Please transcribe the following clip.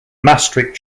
maastricht